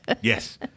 Yes